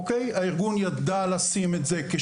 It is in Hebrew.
אנשים שלא מצליחים להיכנס לתהליך,